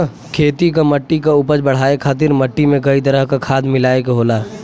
खेती क मट्टी क उपज बढ़ाये खातिर मट्टी में कई तरह क खाद मिलाये के होला